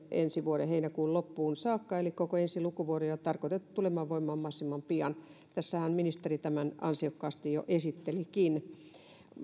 ensi vuoden heinäkuun loppuun saakka eli koko ensi lukuvuoden ja tarkoitettu tulemaan voimaan mahdollisimman pian tässähän ministeri tämän ansiokkaasti jo esittelikin